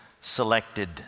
selected